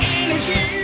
energy